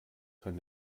kann